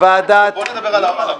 אין נמנעים,